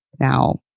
Now